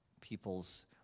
people's